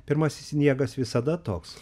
pirmasis sniegas visada toks